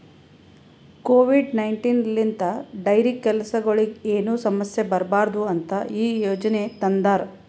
Covid nineteen ಲಿಂತ್ dairy ಕೆಲಸಗೊಳಿಗ್ ಏನು ಸಮಸ್ಯ ಬರಬಾರದು ಅಂತ್ ಈ ಯೋಜನೆ ತಂದಾರ್